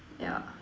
yeah